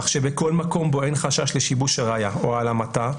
כך שבכל מקום בו אין חשש לשיבוש הראיה או העלמתה,